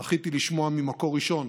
זכיתי לשמוע ממקור ראשון